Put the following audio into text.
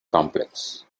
complex